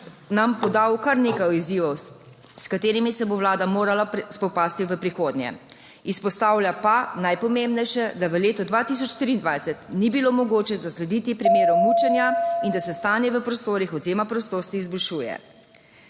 nam je podal kar nekaj izzivov, s katerimi se bo Vlada morala spopasti v prihodnje. Izpostavlja pa najpomembnejše, da v letu 2023 ni bilo mogoče zaslediti primerov mučenja in da se stanje v prostorih odvzema prostosti izboljšuje.